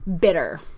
bitter